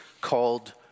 called